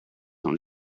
und